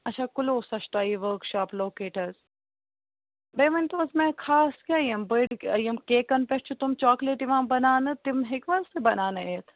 اچھا کلو چھِ تۄہہِ یہِ ؤرٕک شاپ لوکیٹ حظ بیٚیہِ ؤنۍ تَو حظ مےٚ خاص کیٛاہ یِم بٔڑۍ یِم کیکَن پٮ۪ٹھ چھِ تٕم چاکٕلیٹ یِوان بناونہٕ تِم ہٮ۪کوٕ حظ تُہۍ بناونٲوِتھ